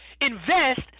invest